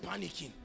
panicking